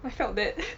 I felt that